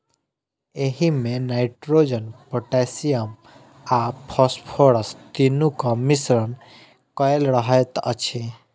एहिमे nitrogen, potassium आ phosphorus तीनूक मिश्रण कएल रहैत अछि